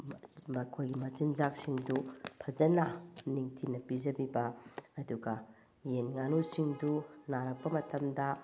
ꯃꯈꯣꯏꯒꯤ ꯃꯆꯤꯟꯖꯥꯛꯁꯤꯡꯗꯨ ꯐꯖꯅ ꯅꯤꯡꯊꯤꯅ ꯄꯤꯖꯕꯤꯕ ꯑꯗꯨꯒ ꯌꯦꯟ ꯉꯥꯅꯨꯁꯤꯡꯗꯨ ꯅꯥꯔꯛꯄ ꯃꯇꯝꯗ